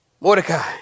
Mordecai